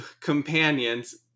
companions